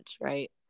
right